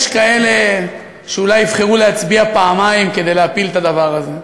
יש כאלה שאולי יבחרו להצביע פעמיים כדי להפיל את הדבר הזה.